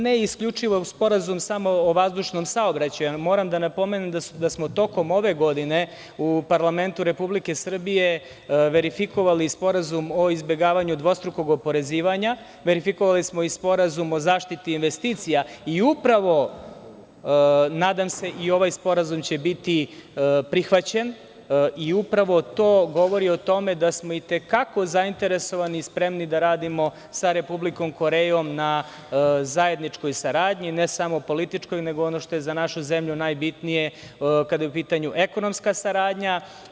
Ne isključivo samo sporazum o vazdušnom saobraćaju, moram da napomenem da smo tokom ove godine u parlamentu RS verifikovali Sporazum o izbegavanju dvostrukog oporezivanja, verifikovali smo i Sporazum o zaštiti investicija i upravo, nadam se, i ovaj sporazum će biti prihvaćen i upravo to govori o tome da smo itekako zainteresovani i spremni da radimo sa Republikom Korejom na zajedničkoj saradnji, ne samo političkoj, nego ono što je za našu zemlju najbitnije kada je u pitanju ekonomska saradnja.